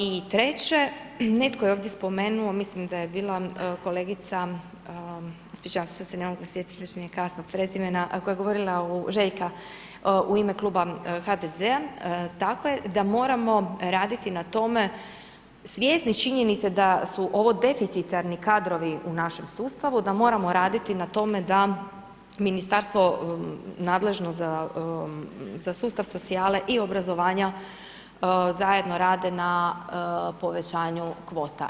I treće, netko je ovdje spomenuo, mislim da je bila kolegica ispričavam se sad se ne mogu sjetiti, već mi je kasno, prezimena koja je govorila, Željka, u ime Kluba HDZ-a, tako je, da moramo raditi na tome svjesni činjenice da su ovo deficitarni kadrovi u našem sustavu, da moramo raditi na tome da ministarstvo nadležno za sustav socijale i obrazovanja zajedno rade na povećanju kvota.